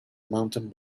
mountain